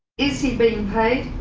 is he being paid?